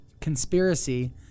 conspiracy